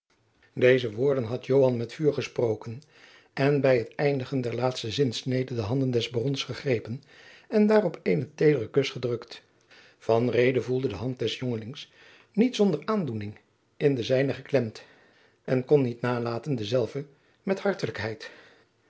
deze woorden had joan met vuur gesproken en bij het eindigen der laatste zinsnede de handen des barons gegrepen en daarop eenen tederen kus gedrukt van reede voelde de hand des jongelings niet zonder aandoening in de zijne geklemd en kon niet nalaten dezelve met